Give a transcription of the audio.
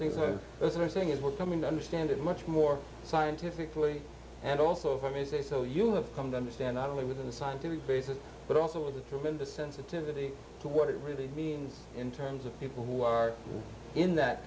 things are those are saying it we're coming to understand it much more scientifically and also for me say so you have come to understand not only within the scientific basis but also with the tremendous sensitivity to what it really means in terms of people who are in that